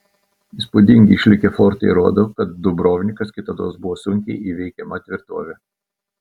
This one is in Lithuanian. įspūdingi išlikę fortai rodo kad dubrovnikas kitados buvo sunkiai įveikiama tvirtovė